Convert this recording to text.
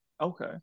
Okay